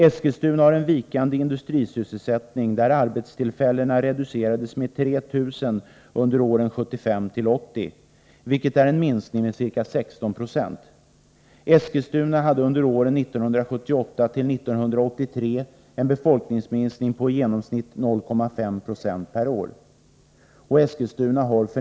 Eskilstuna har en vikande industrisysselsättning, där arbetstillfällena reducerades med 3 000 under åren 1975-1980, vilket är en minskning med ca 16 HP.